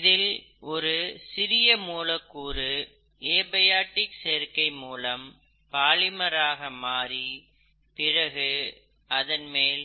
இதில் ஒரு சிறிய மூலக்கூறு ஏபயாடிக் சேர்க்கை மூலம் பாலிமர் ஆக மாறி பிறகு அதன்மேல்